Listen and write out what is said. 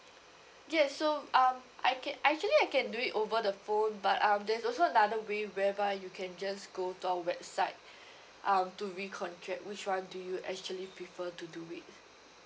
yes so um I can I actually I can do it over the phone but um there's also another way whereby you can just go to our website um to recontract which one do you actually prefer to do it